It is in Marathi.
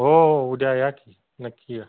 हो हो उद्या या की नक्की या